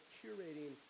curating